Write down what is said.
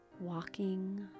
walking